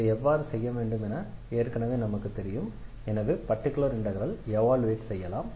இதை எவ்வாறு செய்ய வேண்டும் என ஏற்கனவே நமக்கு தெரியும் எனவே பர்டிகுலர் இண்டெக்ரலை எவால்யுயேட் செய்யலாம்